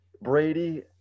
brady